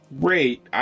Great